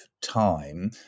time